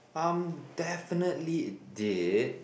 um definitely it did